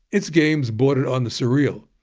its games bordered on the surreal,